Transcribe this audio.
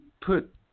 put